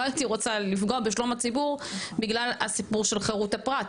לא הייתי רוצה לפגוע בשלום הציבור בגלל הסיפור של חירות הפרט,